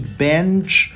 binge